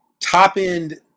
Top-end